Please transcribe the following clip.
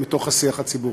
ייעקר, מתוך השיח הציבורי.